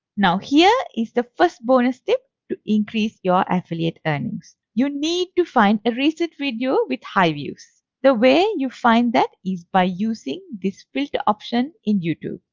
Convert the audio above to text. now here is the first bonus tip to increase your affiliate earnings. you need to find a recent video with high views. the way you find that is by using this filter option in youtube.